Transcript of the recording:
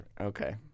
Okay